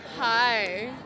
Hi